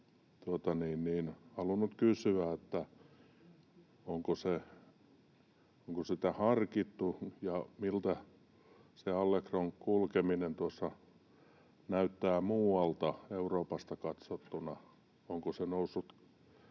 olisin halunnut kysyä, onko sitä harkittu ja miltä se Allegron kulkeminen tuossa näyttää muualta Euroopasta katsottuna.